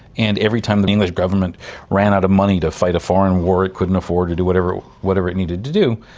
and every time the english government ran out of money to fight a foreign war it couldn't afford do whatever whatever it needed to do,